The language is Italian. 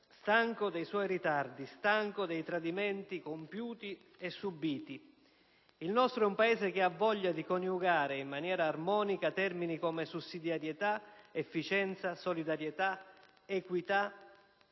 stanco dei suoi ritardi e dei tradimenti compiuti e subiti. Il nostro è un Paese che ha voglia di coniugare, in maniera armonica, termini come sussidiarietà, efficienza, solidarietà, equità,